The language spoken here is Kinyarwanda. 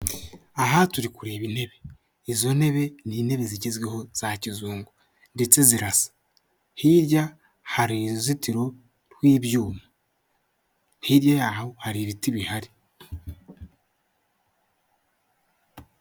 Aha turi kureba intebe izo ntebe ni intebe zigezweho za kizungu, ndetse zirasa hirya hari uruzitiro rw'ibyuma hirya yaho hari ibiti bihari.